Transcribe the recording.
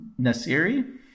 Nasiri